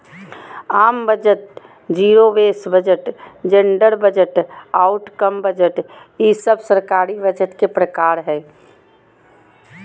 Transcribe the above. आम budget, zero base budget, gender budget, outcome budget ई सब सरकारी बजट के प्रकार हय